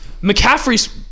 McCaffrey's